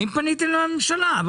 האם פניתם לממשלה?